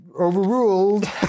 overruled